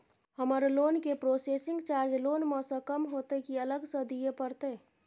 हमर लोन के processing charge loan म स कम होतै की अलग स दिए परतै?